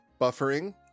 Buffering